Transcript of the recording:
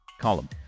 column